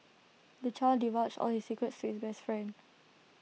the child divulged all his secrets to his best friend